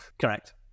Correct